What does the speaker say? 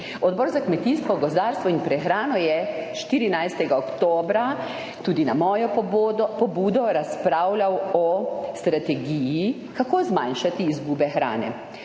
Odbor za kmetijstvo, gozdarstvo in prehrano je 14. oktobra tudi na mojo pobudo razpravljal o strategiji, kako zmanjšati izgube hrane.